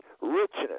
richness